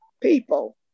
People